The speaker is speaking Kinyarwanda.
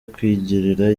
kwigirira